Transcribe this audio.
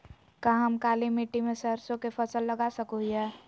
का हम काली मिट्टी में सरसों के फसल लगा सको हीयय?